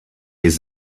his